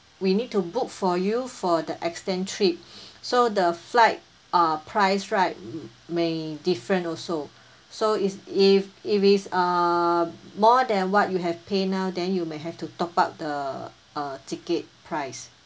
we need to book for you for the extend trip so the flight uh price right m~ may different also so is if if is err more than what you have pay now then you may have to top up the uh ticket price